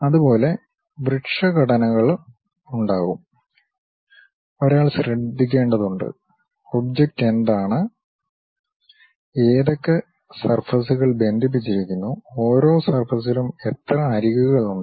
അതുപോലെ വൃക്ഷഘടനകളുണ്ടാകും ഒരാൾ ശ്രദ്ധിക്കേണ്ടതുണ്ട് ഒബ്ജക്റ്റ് എന്താണ് ഏതൊക്കെ സർഫസ്കൾ ബന്ധിപ്പിച്ചിരിക്കുന്നു ഓരോ സർഫസിലും എത്ര അരികുകൾ ഉണ്ട്